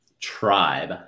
Tribe